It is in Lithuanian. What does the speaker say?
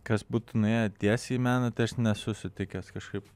kas būtų nuėję tiesiai į meną tai aš nesu sutikęs kažkaip